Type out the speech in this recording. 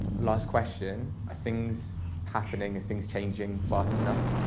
last question. are things happening, are things changing fast enough?